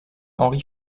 henri